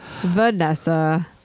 vanessa